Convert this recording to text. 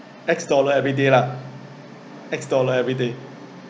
X dollar everyday lah X dollar everyday